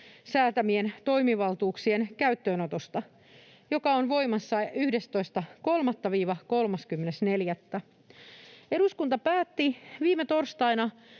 säätämien toimivaltuuksien käyttöönotosta, joka on voimassa 11.3.—30.4. Eduskunta päätti viime torstaina,